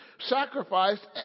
sacrificed